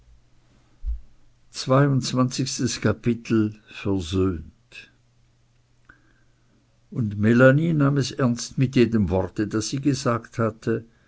und melanie nahm es ernst mit jedem worte das sie gesagt hatte